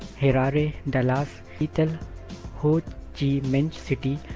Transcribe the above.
harare, dallas, seattle, ho chi minh city,